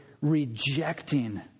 rejecting